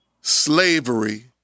slavery